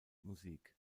musik